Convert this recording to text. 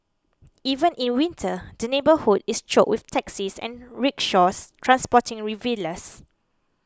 even in winter the neighbourhood is choked with taxis and rickshaws transporting revellers